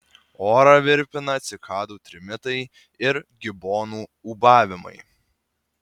orą virpina cikadų trimitai ir gibonų ūbavimai